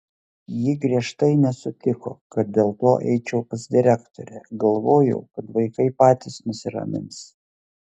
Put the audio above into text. ji griežtai nesutiko kad dėl to eičiau pas direktorę galvojau kad vaikai patys nusiramins